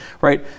right